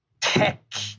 tech